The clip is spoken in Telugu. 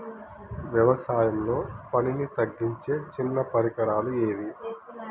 వ్యవసాయంలో పనిని తగ్గించే చిన్న పరికరాలు ఏవి?